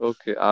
Okay